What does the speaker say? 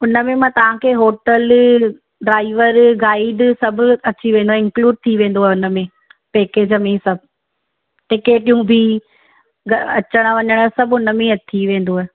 हुन में मां तव्हां खे होटल डाइवर गाइड सभु अची वेंदा इंक्लुड थी वेंदो आहे उन में पेकेज में सभु टिकेट्यूं बि अचणु वञणु सभु उन में ई अची वेंदव